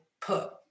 put